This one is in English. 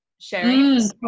sharing